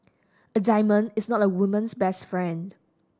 a diamond is not a woman's best friend